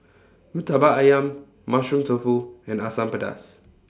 Murtabak Ayam Mushroom Tofu and Asam Pedas